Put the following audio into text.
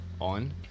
on